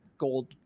gold